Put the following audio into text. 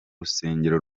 rusengero